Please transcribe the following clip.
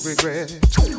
Regret